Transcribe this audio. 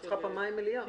יש לך פעמיים מליאה.